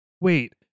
Wait